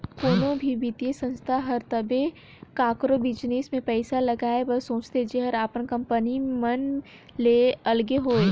कोनो भी बित्तीय संस्था हर तबे काकरो बिजनेस में पइसा लगाए बर सोंचथे जेहर आम कंपनी मन ले अलगे होए